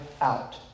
out